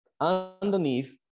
underneath